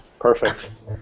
Perfect